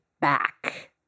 back